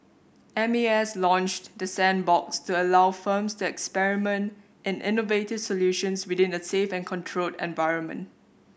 M A S launched the sandbox to allow firms to experiment in innovative solutions within a safe and controlled environment